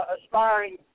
aspiring